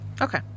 Okay